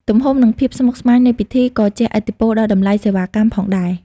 ទំហំ និងភាពស្មុគស្មាញនៃពិធី ក៏ជះឥទ្ធិពលដល់តម្លៃសេវាកម្មផងដែរ។